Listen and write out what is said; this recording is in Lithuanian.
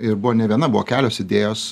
ir buvo ne viena buvo kelios idėjos